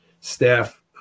staff